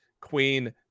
Queen